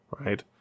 right